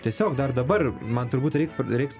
tiesiog dar dabar man turbūt reik reiks